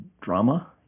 drama